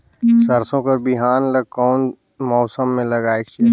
सरसो कर बिहान ला कोन मौसम मे लगायेक चाही?